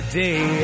day